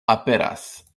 aperas